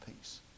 peace